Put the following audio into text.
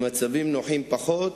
במצבים נוחים פחות.